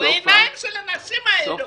בעיניים של האנשים האלה.